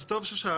אז טוב ששאלתם.